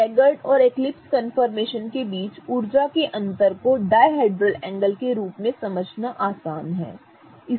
staggered और eclipse conformation के बीच ऊर्जा के अंतर को डायहेड्रल एंगल के रूप में समझना आसान है